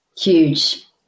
huge